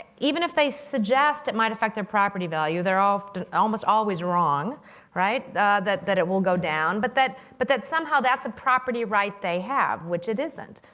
even if they suggest it might affect their property value, they're often almost always wrong that that it will go down, but that but that somehow that's a property right they have, which it isn't.